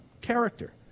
character